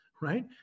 right